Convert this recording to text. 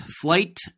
Flight